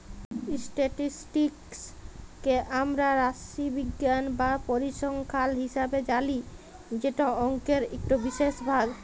statistics কে আমরা রাশিবিজ্ঞাল বা পরিসংখ্যাল হিসাবে জালি যেট অংকের ইকট বিশেষ ভাগ